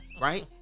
Right